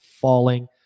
falling